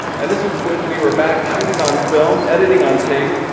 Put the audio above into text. and this was when we were back shooting on film, editing on tape,